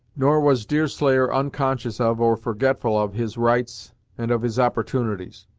nor was deerslayer unconscious of, or forgetful, of his rights and of his opportunities.